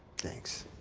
thanks.